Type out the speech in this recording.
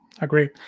Agree